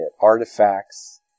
artifacts